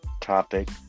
topic